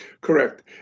Correct